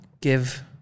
give